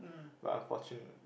but unfortunate